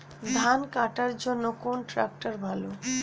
ধান কাটার জন্য কোন ট্রাক্টর ভালো?